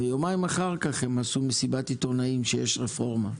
אבל יומיים אחר כך הם עשו מסיבת עיתונאים והכריזו שיש רפורמה.